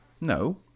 No